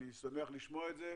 אני שמח לשמוע את זה.